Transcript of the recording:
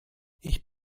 ich